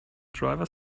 driver